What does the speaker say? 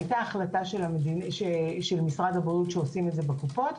היתה החלטה של משרד הבריאות שעושים את זה בקופות.